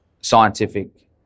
scientific